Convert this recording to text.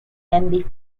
and